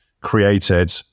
created